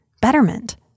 betterment